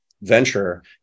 venture